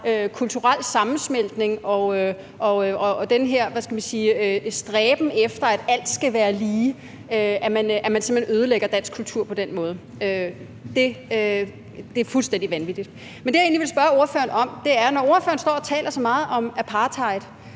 kulturel sammensmeltning og den her – hvad skal man sige – stræben efter, at alt skal være lige, simpelt hen ødelægger dansk kultur på den måde. Det er fuldstændig vanvittigt. Men det, som jeg egentlig vil spørge ordføreren om, vedrører, at jeg, når ordføreren står og taler så meget om apartheid,